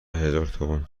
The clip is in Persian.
هزارتومان